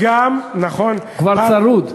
נכון, הוא כבר צרוד.